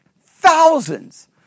thousands